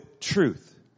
truth